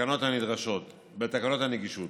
בתקנות הנגישות.